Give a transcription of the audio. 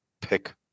pick